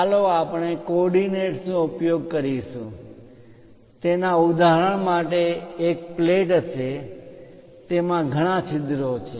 ચાલો આપણે કોઓર્ડિનેટ્સ નો ઉપયોગ કરીશું તેના ઉદાહરણ માટે એક પ્લેટ હશે તેમાં ઘણા છિદ્રો છે